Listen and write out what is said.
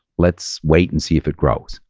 let's wait and see if it grows.